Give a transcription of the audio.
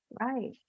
right